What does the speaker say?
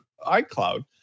iCloud